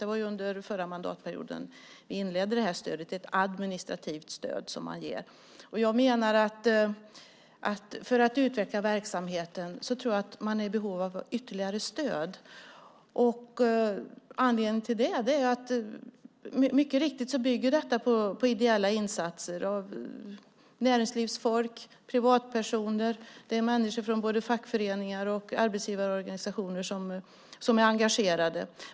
Vi introducerade detta stöd under den förra mandatperioden; det är ett administrativt stöd som man ger. Men för att utveckla verksamheten tror jag att man är i behov av ytterligare stöd. Det här bygger mycket riktigt på ideella insatser av näringslivsfolk och privatpersoner. Det är människor från både fackföreningar och arbetsgivarorganisationer som är engagerade.